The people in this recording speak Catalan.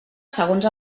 segons